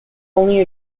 only